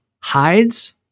hides